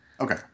Okay